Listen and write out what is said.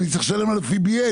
אני צריך לשלם לה לפי בי.איי,